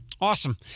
awesome